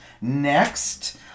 Next